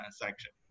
Section